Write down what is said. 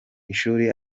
ishuri